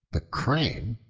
the crane,